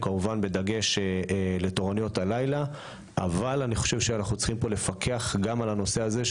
כמובן בדגש על תורנויות הלילה אבל אנחנו צריכים לפקח גם על הנושא הזה.